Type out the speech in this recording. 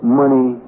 money